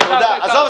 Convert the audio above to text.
תודה.